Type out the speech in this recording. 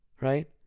right